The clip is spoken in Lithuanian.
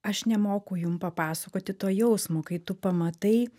aš nemoku jum papasakoti to jausmo kai tu pamatai